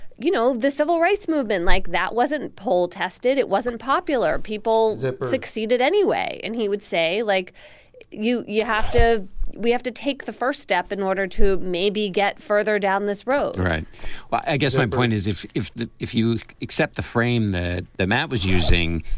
you know, the civil rights movement like that wasn't poll tested. it wasn't popular. people succeeded anyway. and he would say, like you, you have to we have to take the first step in order to maybe get further down this road. right well, i guess my point is if if you accept the frame that the map was using,